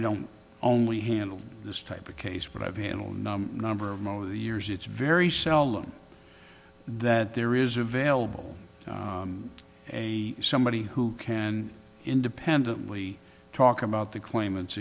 don't only handle this type of case but i've handled number most of the years it's very seldom that there is available a somebody who can independently talk about the claimants